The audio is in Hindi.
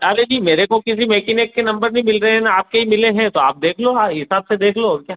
अरे नहीं मेरे को किसी मेकेनिक के नम्बर नहीं मिल रहे ना आपके ही मिले हैं तो आप देख लो हिसाब से देख लो और क्या